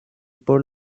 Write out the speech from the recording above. por